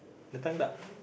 dah time tak